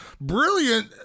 brilliant